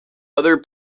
other